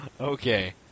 Okay